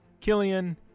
Killian